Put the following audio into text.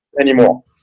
anymore